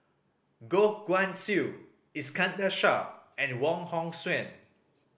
Goh Guan Siew Iskandar Shah and Wong Hong Suen